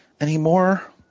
anymore